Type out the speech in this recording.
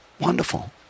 Wonderful